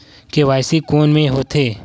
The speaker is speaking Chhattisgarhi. के.वाई.सी कोन में होथे?